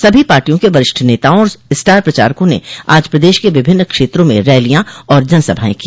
सभी पार्टियों के वरिष्ठ नेताओं और स्टार प्रचारकों ने आज प्रदेश के विभिन्न क्षेत्रों में रैलियां और जनसभाएं की